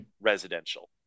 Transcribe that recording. residential